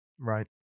Right